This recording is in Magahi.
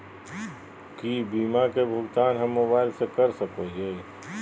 की बीमा के भुगतान हम मोबाइल से कर सको हियै?